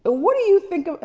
ah what do you think,